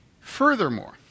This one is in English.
Furthermore